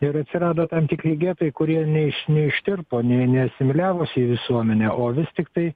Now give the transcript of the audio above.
ir atsirado tam tikri getai kurie neiš neištirpo ne neasimiliavosi į visuomenę o vis tiktai